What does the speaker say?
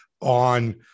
on